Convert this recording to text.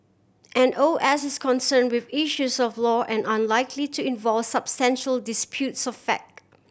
an O S is concern with issues of law and unlikely to involve substantial disputes of fact